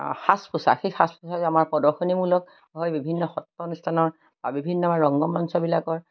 সাজ পোছাক সেই সাজ পোছাক আমাৰ প্ৰদৰ্শনীমূলক হয় বিভিন্ন সত্ৰ অনুষ্ঠানৰ বা বিভিন্ন আমাৰ ৰংগমঞ্চবিলাকৰ